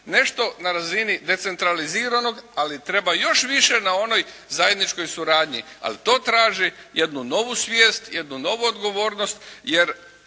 nešto na razini decentraliziranog ali treba još više na onoj zajedničkoj suradnji. Ali to traži jednu novu svijest, jednu novu odgovornost jer